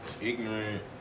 ignorant